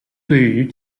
对于